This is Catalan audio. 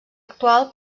actual